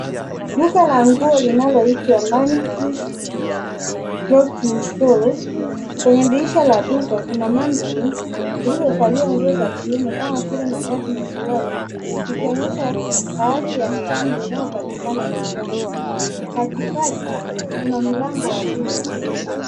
Duka la nguo linaloitwa Manix Clothing Store. Kwenye dirisha la duka kuna mannequinns iliyovalian nguo za kiume kama vile mashati na suruali ikionyesha baadhi ya mitindo inayopatikana dukani. Katikati kuna mlango wa duka.